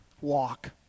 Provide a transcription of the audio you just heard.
walk